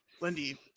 Lindy